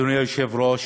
אדוני היושב-ראש,